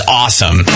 awesome